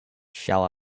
shall